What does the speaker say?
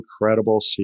incredible